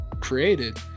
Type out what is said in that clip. created